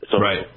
Right